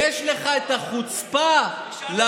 יש לך את החוצפה, תשאל את בוגי, הוא היה שם.